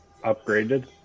upgraded